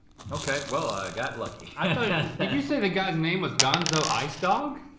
okay, well i got lucky. did you say the guy's name was gonzo ice dog?